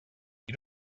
you